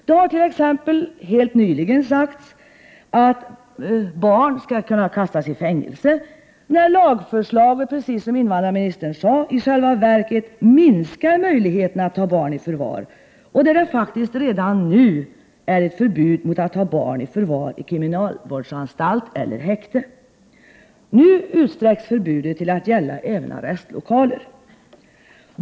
Det har t.ex. helt nyligen sagts att barn skall kastas i fängelse, när lagförslaget precis som invandrarministern sade i själva verket minskar möjligheten att ta barn i förvar och det faktiskt redan nu är förbud mot att ha barn i förvar i kriminalvårdsanstalt eller häkte! Nu utsträcks förbudet till att gälla även arrestlokaler.